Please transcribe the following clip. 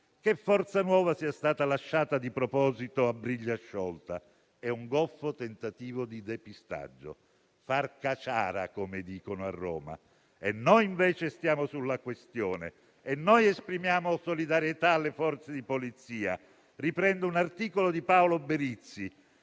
che Forza Nuova sia stata lasciata di proposito a briglia sciolta: è un goffo tentativo di depistaggio, un far caciara, come dicono a Roma. Noi, invece, stiamo sulla questione; noi esprimiamo solidarietà alle Forze di polizia. Riprendo un articolo di Paolo Berizzi,